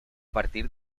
partir